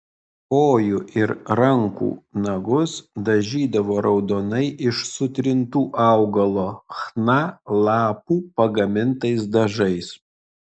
kojų ir rankų nagus dažydavo raudonai iš sutrintų augalo chna lapų pagamintais dažais